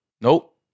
Nope